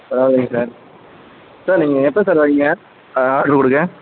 பரவாயில்லைங்க sir sir நீங்கள் எப்போ சார் வர்றீங்க ஆட்ரு கொடுக்க